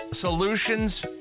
solutions